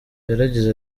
yaragize